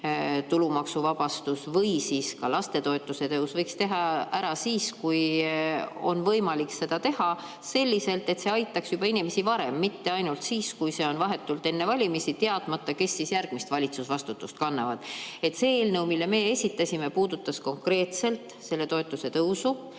tulumaksuvabastus või lastetoetuse tõus, võiks teha ära siis, kui on võimalik seda teha – selliselt, et see aitaks inimesi juba varem, mitte alles siis, kui see on vahetult enne valimisi, teadmata, kes järgmist valitsusvastutust kannavad. See eelnõu, mille meie esitasime, puudutas konkreetselt selle toetuse tõusu,